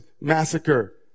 massacre